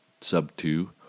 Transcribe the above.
sub-two